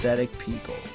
people